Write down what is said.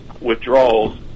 withdrawals